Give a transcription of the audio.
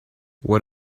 what